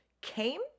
came